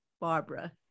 Barbara